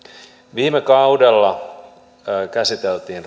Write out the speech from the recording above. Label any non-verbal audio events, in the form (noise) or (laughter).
viime kaudella käsiteltiin (unintelligible)